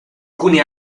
alcuni